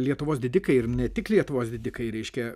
lietuvos didikai ir ne tik lietuvos didikai reiškia